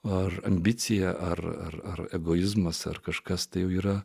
ar ambicija ar egoizmas ar kažkas tai yra